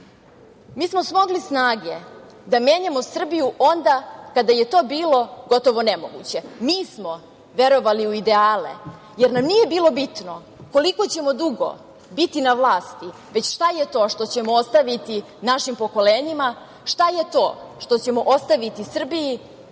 Mi smo smogli snage da menjamo Srbiju onda kada je to bilo gotovo nemoguće. Mi smo verovali u ideale, jer nam nije bilo bitno koliko ćemo dugo biti na vlasti, već šta je to što ćemo ostaviti našim pokolenjima, šta je to što ćemo ostaviti Srbiji,